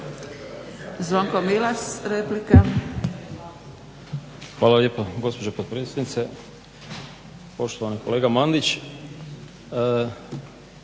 Zvonko (HDZ)** Hvala lijepo gospođo potpredsjednice. Poštovani kolega Mandić,